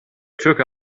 took